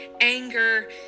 anger